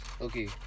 Okay